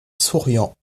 souriant